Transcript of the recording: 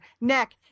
neck